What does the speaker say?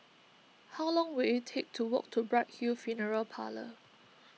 how long will it take to walk to Bright Hill Funeral Parlour